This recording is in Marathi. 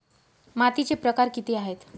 मातीचे प्रकार किती आहेत?